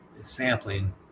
sampling